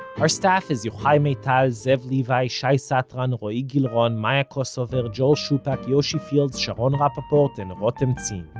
our staff is yochai maital, zev levi, shai satran, and roee gilron, maya kosover, joel shupack, yoshi fields, sharon rapaport and and rotem zin.